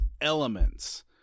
elements